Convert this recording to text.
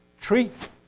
treat